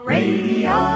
Radio